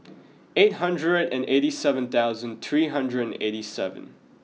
eight hundred and eighty seven thousand three hundred and eight seven